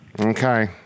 Okay